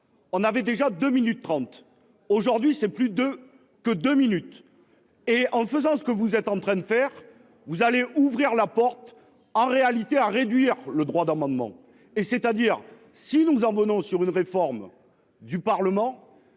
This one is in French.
On avait déjà deux minutes 30. Aujourd'hui c'est plus de que deux minutes et en faisant ce que vous êtes en train de faire, vous allez ouvrir la porte en réalité à réduire le droit d'amendement et c'est-à-dire si nous en venons sur une réforme du Parlement.